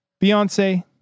Beyonce